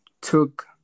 took